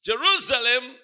Jerusalem